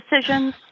decisions